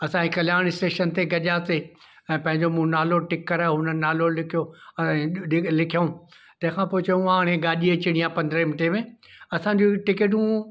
असां ए कल्याण स्टेशन ते गॾियासीं ऐं पंहिंजो मूं नालो टिक करायो हुननि नालो लिखियो ऐं लिखियऊं तंहिंखां पोइ चऊं हाणे गाॾी अचिणी आहे पंद्रहें मिंटे में असां जूं टिकेटूं